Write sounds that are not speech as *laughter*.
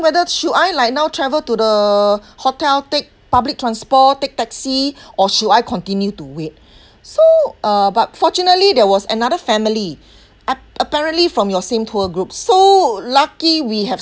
whether should I like now travel to the hotel take public transport take taxi or should I continue to wait *breath* so uh but fortunately there was another family *breath* ap~ apparently from your same tour group so lucky we have